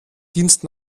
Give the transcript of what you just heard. dienst